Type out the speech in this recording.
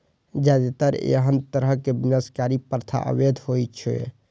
जादेतर एहन तरहक विनाशकारी प्रथा अवैध होइ छै